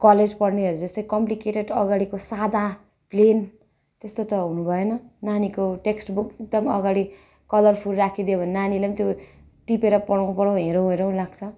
college पढ्नेहरू जस्तै complicated अगाडिको सादा प्लेन त्यस्तो त हुनु भएन नानीको टेक्स्ट बुक त अगडि कलरफुल राखिदियो भने नानीले पनि त्यो टिपेर पढौँ पढौँ हेरौँ हेरौँ लाग्छ